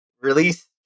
release